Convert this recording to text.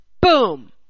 Boom